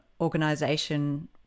organization